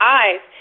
eyes